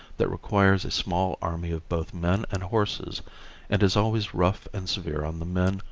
that requires a small army of both men and horses and is always rough and severe on the men,